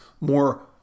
more